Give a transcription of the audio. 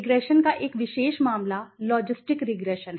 रिग्रेशनका एक विशेष मामला रिग्रेशन